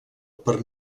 per